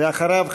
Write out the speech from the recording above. ואחריו,